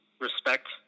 respect